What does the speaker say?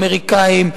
אמריקנים,